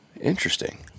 Interesting